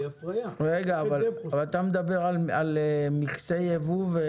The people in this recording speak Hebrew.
אתה מדבר על מכסי ייבוא.